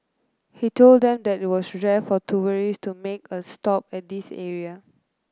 he told them that it was rare for tourist to make a stop at this area